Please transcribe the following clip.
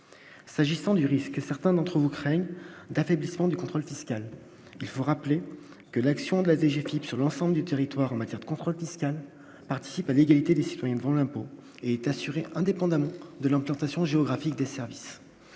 s'agissant du risque, certains d'entre vous craignez d'affaiblissement du contrôle fiscal, il faut rappeler que l'action de la DG clips sur l'ensemble du territoire en matière de contrôle fiscal participe à l'égalité des citoyens devant l'impôt est assuré indépendamment de l'implantation géographique des services